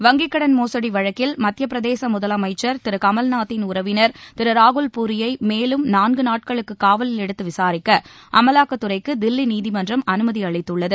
வங்கி கடன் மோசடி வழக்கில் மத்திய பிரதேச முதலமைச்சர் திரு கமல்நாத்தின் உறவினா் திரு ராகுல் பூரியை மேலும் நான்கு நாட்களுக்கு காவலில் எடுத்து விசாரிக்க அமலாக்கத்துறைக்கு தில்லி நீதிமன்றம் அனுமதி அளித்துள்ளது